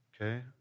Okay